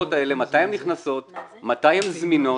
המערכות האלה, מתי הן נכנסות, מתי הן זמינות.